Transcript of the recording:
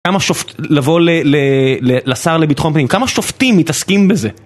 כמה שופט... לבוא לשר לביטחון פנים, כמה שופטים מתעסקים בזה?